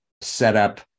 setup